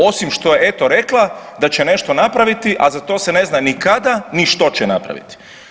Osim što je eto rekla da će nešto napraviti, a za to se ne zna ni kada, ni što će napraviti.